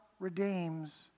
redeems